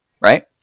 Right